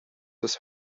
das